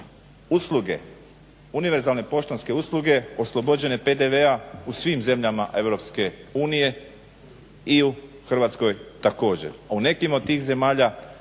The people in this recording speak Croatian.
usluge, univerzalne poštanske usluge oslobođene PDV-a u svim zemljama EU i u Hrvatskoj također.